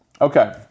Okay